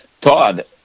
todd